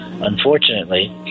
unfortunately